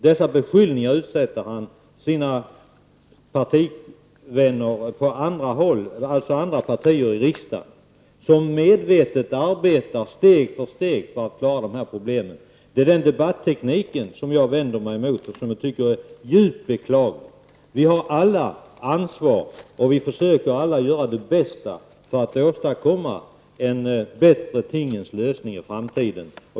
Dessa beskyllningar utsätter han sina kolleger från andra partier i riksdagen för, som medvetet arbetar steg för steg för att klara dessa problem. Det är den debattekniken som jag vänder mig emot och som jag tycker är djupt beklaglig. Vi har alla ansvar, och vi försöker alla göra vårt bästa för att åstadkomma en bättre tingens ordning i framtiden.